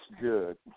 good